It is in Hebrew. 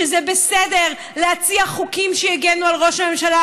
שזה בסדר להציע חוקים שיגנו על ראש הממשלה,